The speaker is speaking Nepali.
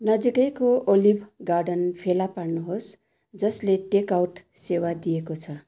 नजिकैको ओलिभ गार्डन फेला पार्नुहोस् जसले टेकआउट सेवा दिएको छ